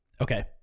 Okay